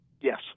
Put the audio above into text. Yes